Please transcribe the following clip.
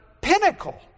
pinnacle